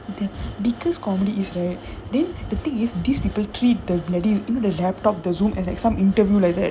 the biggest comedy is right then the thing is these people treat the bloody you know the the laptop the Zoom as like some interview like that